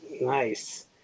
Nice